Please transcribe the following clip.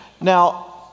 Now